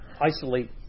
isolate